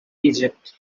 egypt